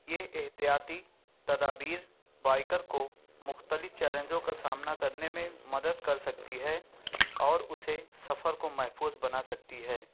یہ احتیاطی تدابیر بائیکر کو مختلف چیلنجوں کا سامنا کرنے میں مدد کر سکتی ہے اور اسے سفر کو مضبوط بنا سکتی ہے